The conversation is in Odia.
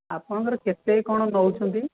ଆପଣଙ୍କର କେତେ କ'ଣ ନେଉଛନ୍ତି